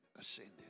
ascended